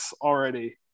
already